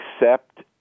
accept